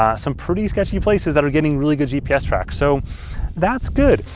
ah some pretty sketchy places that are getting really good gps tracks, so that's good.